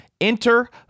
Enter